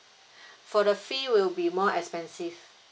for the fee will be more expensive